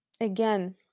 again